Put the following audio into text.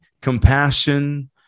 compassion